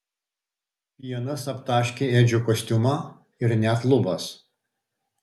pienas aptaškė edžio kostiumą ir net lubas